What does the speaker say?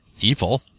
evil